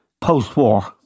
post-war